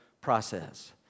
process